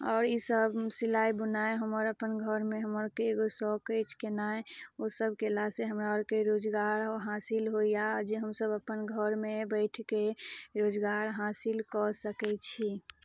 आओर इसभ सिलाइ बुनाइ हमर अपन घरमे हमरके एगो शौक अछि केनाइ ओ सब केला से हमरा अरके रोजगार हासिल होइये जे हमसब अपन घरमे बैठके रोजगार हासिल कऽ सकै छी